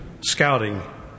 scouting